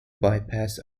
bypass